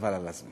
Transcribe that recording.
חבל על הזמן.